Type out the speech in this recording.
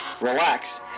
relax